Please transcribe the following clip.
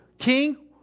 King